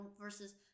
versus